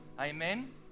amen